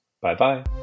Bye-bye